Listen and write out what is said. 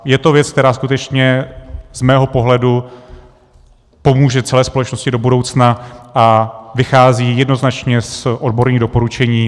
Je to věc, která skutečně z mého pohledu pomůže celé společnosti do budoucna a vychází jednoznačně z odborných doporučení.